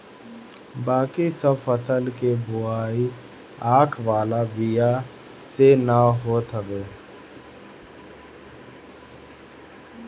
बाकी सब फसल के बोआई आँख वाला बिया से ना होत हवे